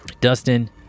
dustin